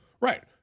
Right